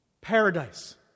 paradise